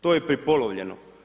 To je prepolovljeno.